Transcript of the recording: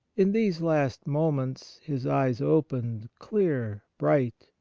in these last moments his eyes opened, clear, bright,